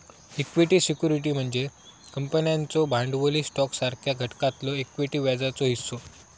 equity security म्हणजे कंपन्यांचो भांडवली स्टॉकसारख्या घटकातलो इक्विटी व्याजाचो हिस्सो